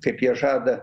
kaip jie žada